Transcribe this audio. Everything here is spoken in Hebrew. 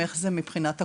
איך זה מבחינת הקופה.